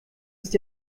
ist